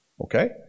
Okay